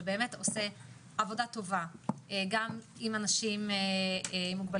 שבאמת עושה עבודה טובה גם עם אנשים עם מוגבלויות,